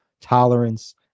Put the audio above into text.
tolerance